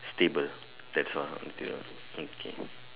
stable that's all I think of okay